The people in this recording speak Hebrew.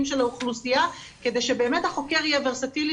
של האוכלוסייה כדי שבאמת החוקר יהיה ורסטילי